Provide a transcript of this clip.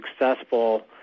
successful